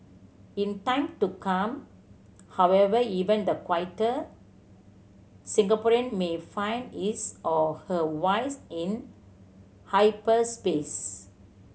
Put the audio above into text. in time to come however even the quieter Singaporean may find his or her vice in hyperspace